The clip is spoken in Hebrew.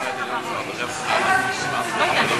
איפה העסקים הקטנים,